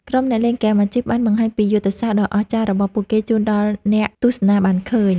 ក្រុមអ្នកលេងហ្គេមអាជីពបានបង្ហាញពីយុទ្ធសាស្ត្រដ៏អស្ចារ្យរបស់ពួកគេជូនដល់អ្នកទស្សនាបានឃើញ។